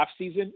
offseason